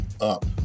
up